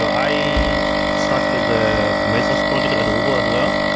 i started the mesos project at at uber as well.